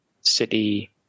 city